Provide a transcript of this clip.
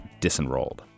disenrolled